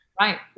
Right